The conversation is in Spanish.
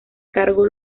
cargo